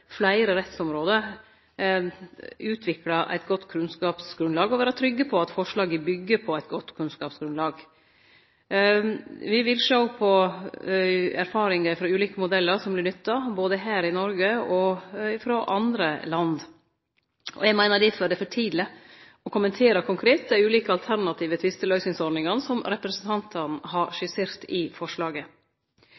forslaget byggjer på eit godt kunnskapsgrunnlag. Me vil sjå på erfaringar frå ulike modellar som vert nytta både her i Noreg og i andre land. Eg meiner difor det er for tidleg å kommentere konkret dei ulike alternative tvisteløysingsordningane som representantane har